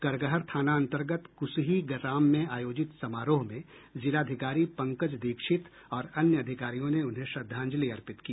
करगहर थाना अंतर्गत कुसही ग्राम में आयोजित समारोह में जिलाधिकारी पंकज दीक्षित और अन्य अधिकारियों ने उन्हें श्रद्धांजलि अर्पित की